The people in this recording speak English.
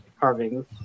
carvings